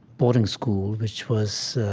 boarding school which was